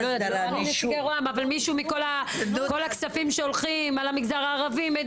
אבל כל הכספים שהולכים על המגזר הערבי.